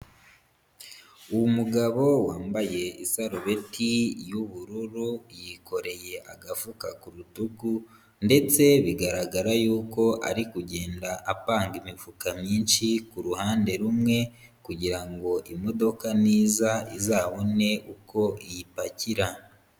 Umugabo wambaye isarubeti y'ubururu yikoreye agafuka ku rutugu, ndetse bigaragara y'uko ari kugenda apanga imifuka myinshi ku ruhande rumwe, kugira ngo imodoka niza izabone uko iyipakira.